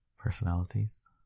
personalities